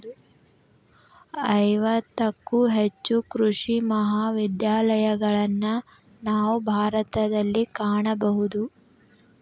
ಐವತ್ತಕ್ಕೂ ಹೆಚ್ಚು ಕೃಷಿ ಮಹಾವಿದ್ಯಾಲಯಗಳನ್ನಾ ನಾವು ಭಾರತದಲ್ಲಿ ಕಾಣಬಹುದು